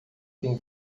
tem